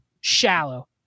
shallow